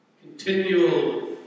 continual